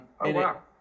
wow